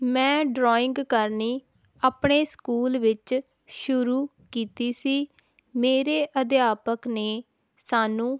ਮੈਂ ਡਰੋਇੰਗ ਕਰਨੀ ਆਪਣੇ ਸਕੂਲ ਵਿੱਚ ਸ਼ੁਰੂ ਕੀਤੀ ਸੀ ਮੇਰੇ ਅਧਿਆਪਕ ਨੇ ਸਾਨੂੰ